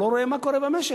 והוא לא רואה מה קורה במשק.